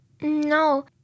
No